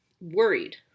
worried